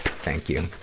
thank you.